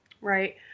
Right